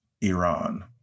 Iran